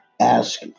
ask